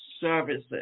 services